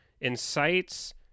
incites